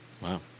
Wow